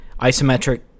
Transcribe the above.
isometric